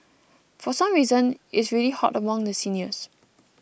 for some reason is really hot among the seniors